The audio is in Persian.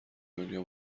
دنیا